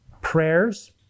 prayers